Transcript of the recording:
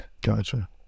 Gotcha